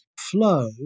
flow